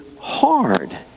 hard